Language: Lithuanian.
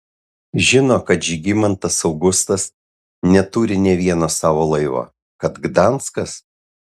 žino kad žygimantas augustas neturi nė vieno savo laivo kad gdanskas